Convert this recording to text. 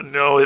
no